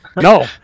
no